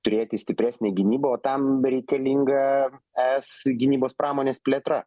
turėti stipresnę gynybą o tam reikalinga es gynybos pramonės plėtra